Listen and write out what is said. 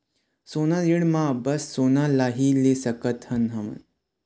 सोना ऋण मा बस सोना ला ही ले सकत हन हम?